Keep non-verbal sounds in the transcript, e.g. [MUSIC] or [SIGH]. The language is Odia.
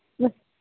[UNINTELLIGIBLE]